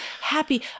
happy